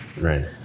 Right